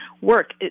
work